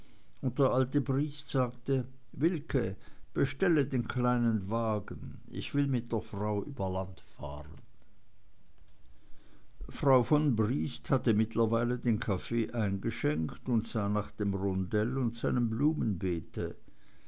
und der alte briest sagte wilke bestelle den kleinen wagen ich will mit der frau über land fahren frau von briest hatte mittlerweile den kaffee eingeschenkt und sah nach dem rondell und seinem blumenbeet